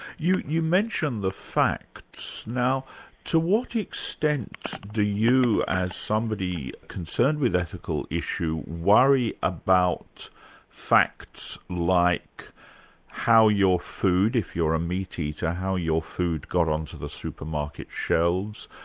you you mention the facts. now to what extent do you, as somebody concerned with ethical issues, worry about facts like how your food if you're a meat-eater, how your food got onto the supermarket shelves,